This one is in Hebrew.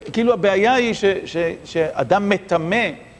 כאילו הבעיה היא ש ש ש... אדם מטמא